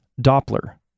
Doppler